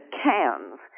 cans